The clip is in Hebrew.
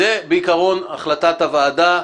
זו בעיקרון החלטת הוועדה.